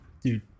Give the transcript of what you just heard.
dude